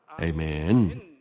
Amen